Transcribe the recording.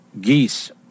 geese